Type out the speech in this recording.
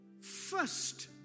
first